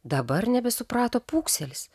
dabar nebesuprato pūkselis